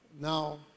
Now